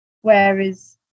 whereas